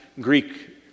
Greek